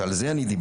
ועל זה דיברתי,